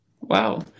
Wow